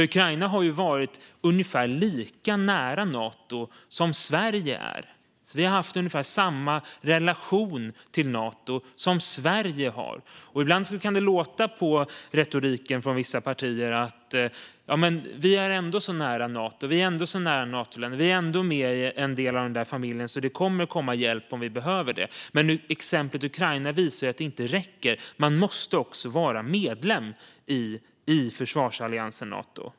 Ukraina har ju varit ungefär lika nära Nato som Sverige är. Man har haft ungefär samma relation till Nato som Sverige har. Ibland kan det låta på retoriken från vissa partier som att vi ändå är så nära Nato, att vi ändå är så nära Natoländer, att vi ändå är en del av den familjen, så det kommer att komma hjälp om vi behöver det. Men exemplet Ukraina visar ju att det inte räcker. Man måste också vara medlem i försvarsalliansen Nato.